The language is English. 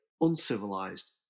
uncivilized